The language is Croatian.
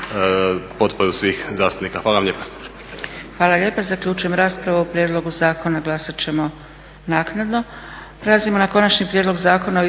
potporu svih zastupnika. Hvala vam lijepa.